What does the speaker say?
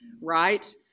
right